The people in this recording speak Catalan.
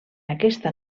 aquesta